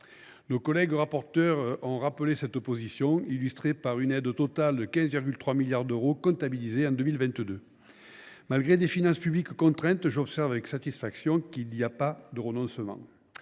Nos collègues rapporteurs ont rappelé cet état de fait, illustré par une aide totale de 15,3 milliards d’euros comptabilisée en 2022. Malgré des finances publiques contraintes, j’observe avec satisfaction une absence de renoncement.